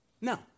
No